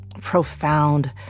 profound